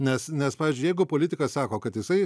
nes nes pavyzdžiui jeigu politikas sako kad jisai